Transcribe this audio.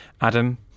Adam